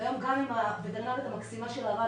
והיום גם אם הווטרינרית המקסימה של ערד